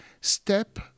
step